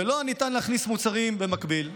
ולא ניתן להכניס מוצרים במקביל.